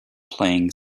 playing